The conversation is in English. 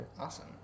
Awesome